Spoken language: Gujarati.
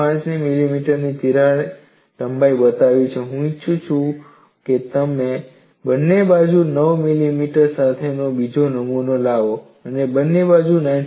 5 મિલીમીટરની તિરાડ લંબાઈ બતાવી છે હું ઈચ્છું છું કે તમે બંને બાજુ 9 મિલીમીટર સાથે બીજો નમૂનો લાવો બંને બાજુ 9